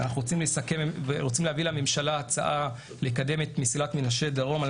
אנחנו רוצים להביא לממשלה הצעה לקדם את מסילת מנשה דרום על